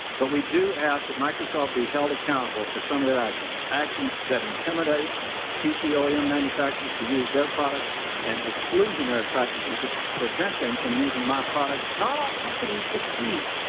but we do ask that microsoft be held accountable for some of their actions. actions that intimidate pc oem manufacturers to use their products and exclusionary practises that prevent them from using my products. not all companies succeed.